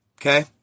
Okay